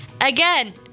again